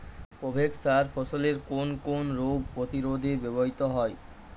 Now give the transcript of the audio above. Provex সার ফসলের কোন কোন রোগ প্রতিরোধে ব্যবহৃত হয়?